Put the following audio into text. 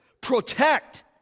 protect